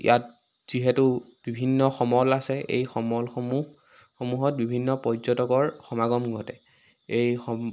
ইয়াত যিহেতু বিভিন্ন সমল আছে এই সমলসমূহ সমূহত বিভিন্ন পৰ্যটকৰ সমাগম ঘটে এই সম